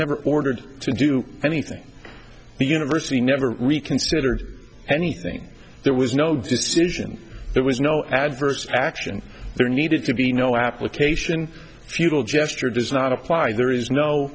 never ordered to do anything the university never reconsidered anything there was no decision there was no adverse action there needed to be no application futile gesture does not apply there is no